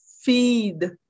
feed